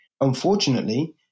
Unfortunately